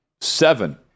seven